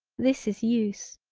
this is use.